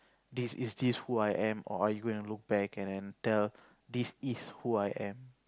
this is this who I am or are you gonna look back and then tell this is who I am